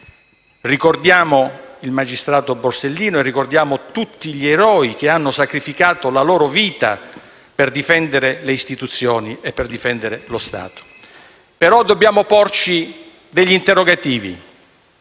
Ricordiamo il magistrato Borsellino e ricordiamo tutti gli eroi che hanno sacrificato la propria vita per difendere le Istituzioni e lo Stato. Dobbiamo però porci degli interrogativi,